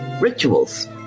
rituals